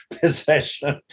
possession